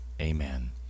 amen